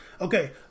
Okay